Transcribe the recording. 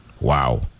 Wow